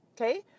okay